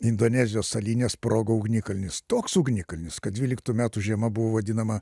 indonezijos salyne sprogo ugnikalnis toks ugnikalnis kad dvyliktų metų žiema buvo vadinama